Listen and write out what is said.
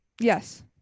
Yes